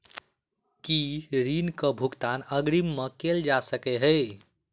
की ऋण कऽ भुगतान अग्रिम मे कैल जा सकै हय?